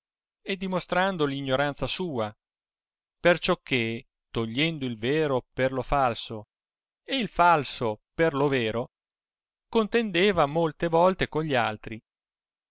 e dimostrando l'ignoranza sua perciò che togliendo il vero per lo falso e il falso per lo vero contendeva molte volte con gli altri